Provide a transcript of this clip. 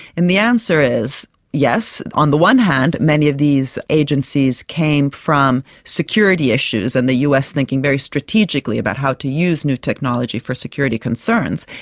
and the answer is yes, on the one hand many of these agencies came from security issues and the us thinking very strategically about how to use new technology for security concerns,